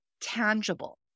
tangible